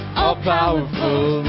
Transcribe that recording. all-powerful